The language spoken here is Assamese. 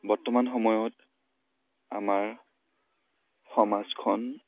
বৰ্তমান সময়ত আমাৰ সমাজখন